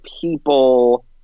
people